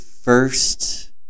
first